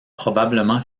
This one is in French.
probablement